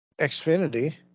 Xfinity